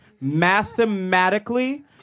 Mathematically